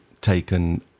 taken